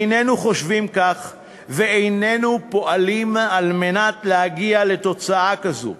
איננו חושבים כך ואיננו פועלים על מנת להגיע לתוצאה כזאת.